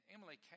Emily